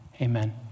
amen